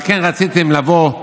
על כן רציתם לבוא,